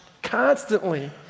constantly